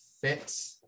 fit